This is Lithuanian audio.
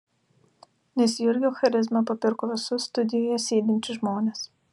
nes jurgio charizma papirko visus studijoje sėdinčius žmones